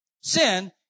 Sin